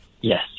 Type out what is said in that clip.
Yes